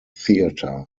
theatre